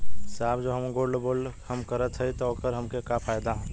साहब जो हम गोल्ड बोंड हम करत हई त ओकर हमके का फायदा ह?